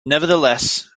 nevertheless